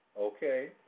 Okay